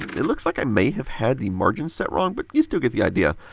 it looks like i may have had the margins set wrong, but you still get the idea.